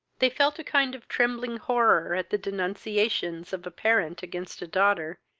they felt a kind of trembling horror at the denunciations of a parent against a daughter,